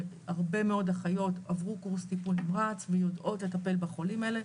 שהרבה מאוד אחיות עברו קורס טיפול נמרץ ויודעות לטפל בחולים האלה,